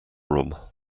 room